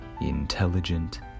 intelligent